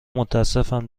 متاسفم